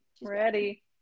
Ready